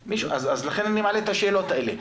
לכן אני מעלה את השאלות האלה.